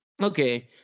Okay